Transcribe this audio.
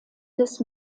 des